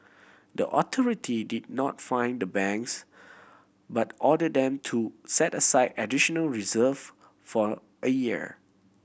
the authority did not fine the banks but order them to set aside additional reserve for a year